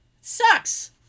Sucks